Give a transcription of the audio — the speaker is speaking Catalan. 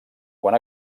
quan